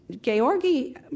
Georgi